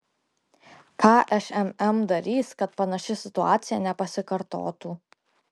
ką šmm darys kad panaši situacija nepasikartotų